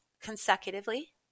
consecutively